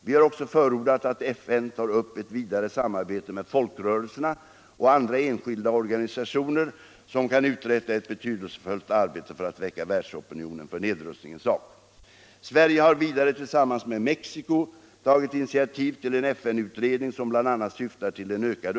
Vi har också förordat att FN tar upp ett vidare samarbete med folkrörelser och andra enskilda organisationer, som kan uträtta ett betydelsefullt arbete för att väcka världsopinionen för nedrustningens sak.